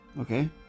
Okay